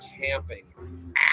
camping